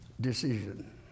decision